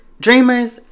dreamers